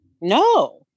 no